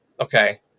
Okay